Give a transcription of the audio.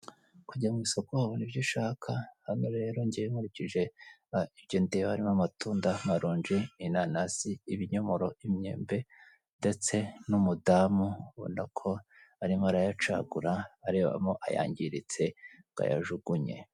Kujya mu isoko wabona ibyo ushaka. Hano rero njyewe nkurikije ibyo ndeba, harimo amatunda, amaronji, inanasi, ibinyomoro, imyembe, ndetse n'umudamu ubona ko arimo arayacagura, arebamo ayangiritse ngo ayajugunye.